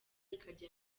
ikajya